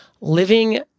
living